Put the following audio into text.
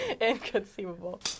Inconceivable